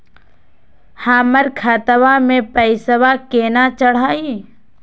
हमर खतवा मे पैसवा केना चढाई?